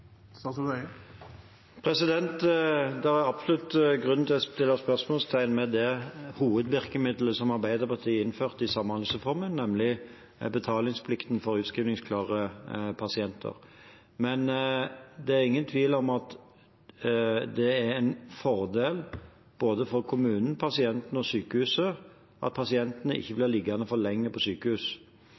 absolutt grunn til å stille spørsmål om det hovedvirkemiddelet som Arbeiderpartiet innførte i samhandlingsreformen, nemlig betalingsplikten for utskrivningsklare pasienter. Men det er ingen tvil om at det er en fordel for både kommunen, pasienten og sykehuset at pasientene ikke blir liggende for lenge på sykehus.